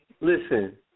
listen